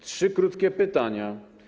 Trzy krótkie pytania.